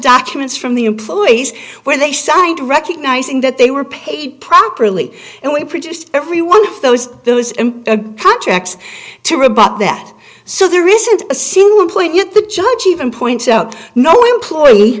documents from the employees where they signed recognizing that they were paid properly and we produced every one of those those contracts to rebut that so there isn't a single point yet the judge even points out no employee